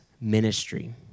ministry